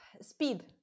Speed